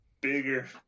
bigger